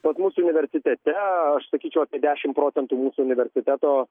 pas mus universitete aš sakyčiau apie dešim procentų mūsų universiteto